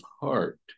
heart